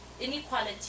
inequality